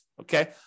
okay